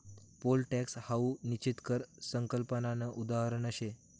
pole tax हाऊ निश्चित कर संकल्पनानं उदाहरण शे